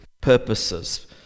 purposes